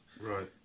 right